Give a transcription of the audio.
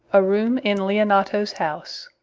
a room in leonato's house.